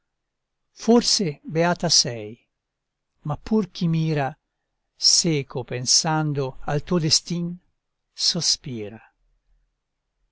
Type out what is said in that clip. forse beata sei ma pur chi mira seco pensando al tuo destin sospira